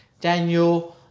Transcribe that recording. Daniel